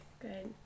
Good